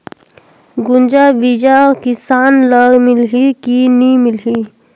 गुनजा बिजा किसान ल मिलही की नी मिलही?